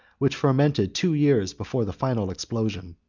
which fermented two years before the final explosion.